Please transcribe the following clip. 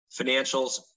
financials